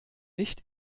nicht